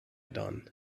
done